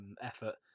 effort